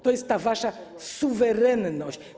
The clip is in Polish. To jest ta wasza suwerenność.